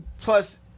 plus